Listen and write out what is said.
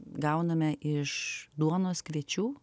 gauname iš duonos kviečių